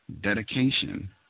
Dedication